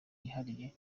yihariye